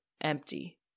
empty